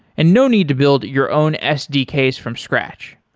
and no need to build your own sdks from scratch.